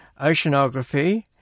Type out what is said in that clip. oceanography